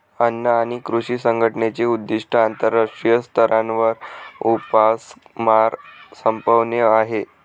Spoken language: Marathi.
अन्न आणि कृषी संघटनेचे उद्दिष्ट आंतरराष्ट्रीय स्तरावर उपासमार संपवणे आहे